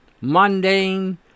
mundane